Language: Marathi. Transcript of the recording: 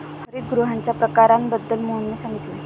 हरितगृहांच्या प्रकारांबद्दल मोहनने सांगितले